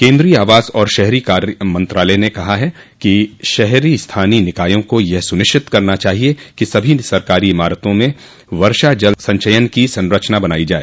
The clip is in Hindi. केन्द्रीय आवास और शहरी कार्य मंत्रालय ने कहा है कि शहरी स्थानीय निकायों को यह सुनिश्चित करना चाहिए कि सभी सरकारी इमारतों में वर्षा जल संचयन की संरचना बनाई जाए